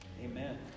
Amen